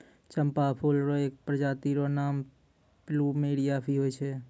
चंपा फूल र एक प्रजाति र नाम प्लूमेरिया भी होय छै